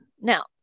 now